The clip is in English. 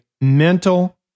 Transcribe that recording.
mental